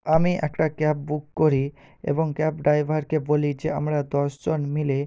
আমি একটা cab book করি এবং ক্যাব ড্রাইভারকে বলি যে আমরা দশজন মিলে